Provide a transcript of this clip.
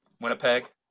Winnipeg